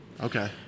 Okay